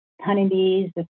honeybees